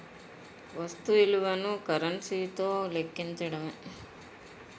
వస్తు విలువను కరెన్సీ తో లెక్కించడమే